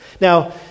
Now